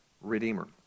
redeemer